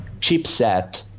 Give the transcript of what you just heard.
chipset